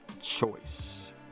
choice